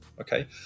Okay